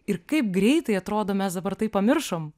ir kaip greitai atrodo mes dabar tai pamiršom